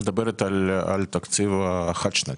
את מדברת על התקציב החד שנתי.